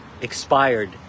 expired